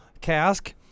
cask